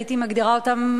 הייתי מגדירה אותן,